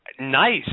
nice